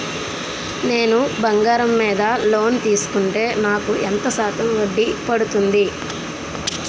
నేను బంగారం మీద లోన్ తీసుకుంటే నాకు ఎంత శాతం వడ్డీ పడుతుంది?